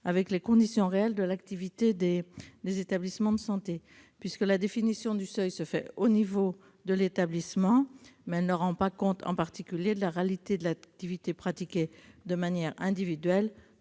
avec les conditions réelles de l'activité des établissements de santé. En effet, la définition du seuil se fait au niveau de l'établissement, mais elle ne rend pas compte en particulier de la réalité de l'activité pratiquée de manière individuelle